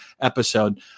episode